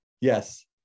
Yes